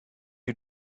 you